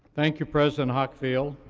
thank you, president hockfield,